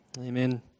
Amen